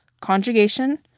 Conjugation